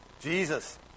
Jesus